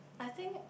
I think